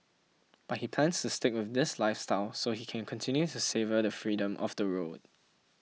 but he plans to stick with this lifestyle so he can continue to savour the freedom of the road